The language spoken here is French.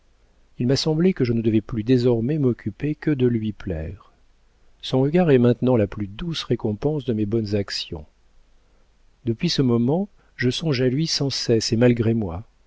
il m'a semblé que je ne devais plus désormais m'occuper que de lui plaire son regard est maintenant la plus douce récompense de mes bonnes actions depuis ce moment je songe à lui sans cesse et malgré moi